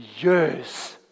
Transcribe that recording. years